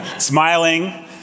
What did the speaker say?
smiling